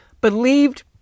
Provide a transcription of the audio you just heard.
believed